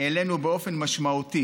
העלינו באופן משמעותי